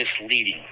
misleading